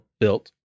built